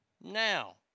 Now